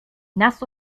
nass